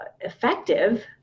effective